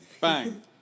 Bang